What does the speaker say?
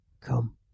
Come